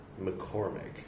mccormick